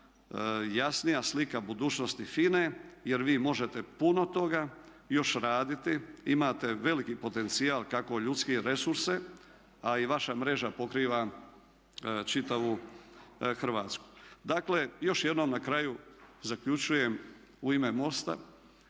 jasnija slika budućnosti FINA-e, jer vi možete puno toga još raditi, imate veliki potencijal kako ljudske resurse, a i vaša mreža pokriva čitavu Hrvatsku. Dakle, još jednom na kraju zaključujem u ime MOST-a